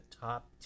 top